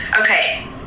okay